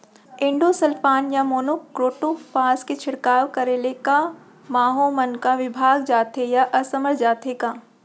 Endosulfan या monocrotophos के छिड़काव करे ले क माहो मन का विभाग जाथे या असमर्थ जाथे का?